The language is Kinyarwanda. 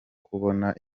kubona